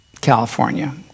California